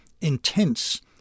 intense